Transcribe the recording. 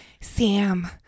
Sam